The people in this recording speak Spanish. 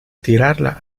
tirarla